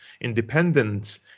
independent